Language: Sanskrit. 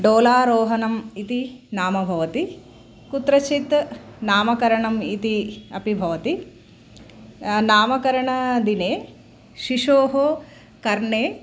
डोलारोहणम् इति नाम भवति कुत्रचित् नामकरणम् इति अपि भवति नामकरणदिने शिशोः कर्णे